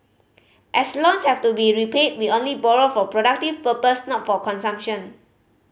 as loans have to be repaid we only borrowed for productive purpose not for consumption